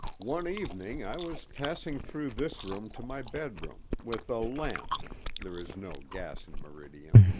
one evening i was passing through this room to my bedroom, with a lamp there is no gas in meridian.